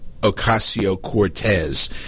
Ocasio-Cortez